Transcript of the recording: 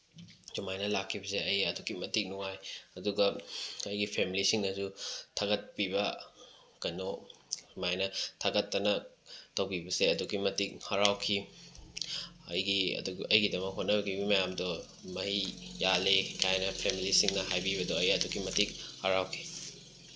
ꯁꯨꯃꯥꯏꯅ ꯂꯥꯛꯈꯤꯕꯁꯦ ꯑꯩ ꯑꯗꯨꯛꯀꯤ ꯃꯇꯤꯛ ꯅꯨꯡꯉꯥꯏ ꯑꯗꯨꯒ ꯑꯩꯒꯤ ꯐꯦꯃꯤꯂꯤꯁꯤꯡꯅꯁꯨ ꯊꯥꯒꯠꯄꯤꯕ ꯀꯩꯅꯣ ꯁꯨꯃꯥꯏꯅ ꯊꯥꯒꯠꯇꯅ ꯇꯧꯕꯤꯕꯁꯦ ꯑꯗꯨꯛꯀꯤ ꯃꯇꯤꯛ ꯍꯔꯥꯎꯈꯤ ꯑꯩꯒꯤ ꯑꯩꯒꯤꯗꯃꯛ ꯍꯣꯠꯅꯈꯤꯕ ꯃꯌꯥꯝꯗꯣ ꯃꯍꯩ ꯌꯥꯜꯂꯦ ꯍꯥꯏꯅ ꯐꯦꯃꯤꯂꯤꯁꯤꯡꯅ ꯍꯥꯏꯕꯤꯕꯗꯣ ꯑꯩ ꯑꯗꯨꯛꯀꯤ ꯃꯇꯤꯛ ꯍꯔꯥꯎꯈꯤ